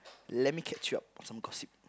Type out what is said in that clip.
let me catch you up with some gossip